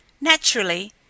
Naturally